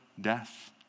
death